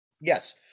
Yes